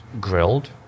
grilled